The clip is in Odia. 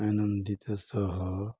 ଆନନ୍ଦିତ ସହ